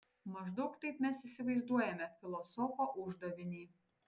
maždaug taip mes įsivaizduojame filosofo uždavinį